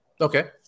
okay